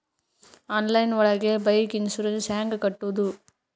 Online ಒಳಗೆ bike insurance ಹ್ಯಾಂಗ್ ಕಟ್ಟುದು?